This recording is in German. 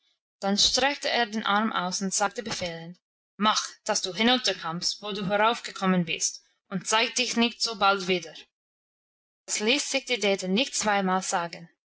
dann streckte er den arm aus und sagte befehlend mach dass du hinunterkommst wo du heraufgekommen bist und zeig dich nicht so bald wieder das ließ sich die dete nicht zweimal sagen